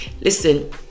Listen